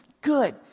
Good